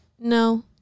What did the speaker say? No